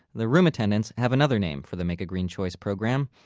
the room attendants have another name for the make a green choice program.